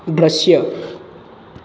દૃશ્ય